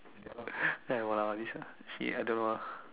then I !walao! like this ah she I don't know lah